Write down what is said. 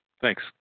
Thanks